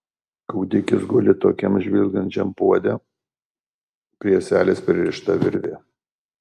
kūdikis guli tokiam žvilgančiam puode prie ąselės pririšta virvė